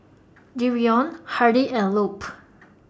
Dereon Hardy and Lupe